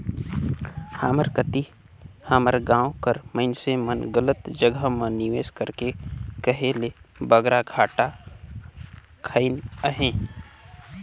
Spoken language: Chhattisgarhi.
हमर कती हमर गाँव कर मइनसे मन गलत जगहा म निवेस करके कहे ले बगरा घाटा खइन अहें